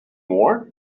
war